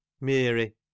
mary